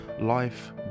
life